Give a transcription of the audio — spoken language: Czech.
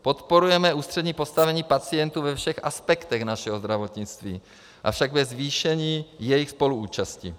Podporujeme ústřední postavení pacientů ve všech aspektech našeho zdravotnictví, avšak bez zvýšení jejich spoluúčasti.